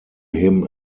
him